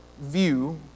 view